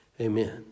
amen